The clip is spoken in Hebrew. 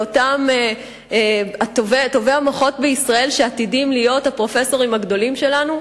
לאותם טובי המוחות בישראל שעתידים להיות הפרופסורים הגדולים שלנו?